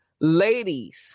ladies